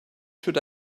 should